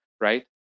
right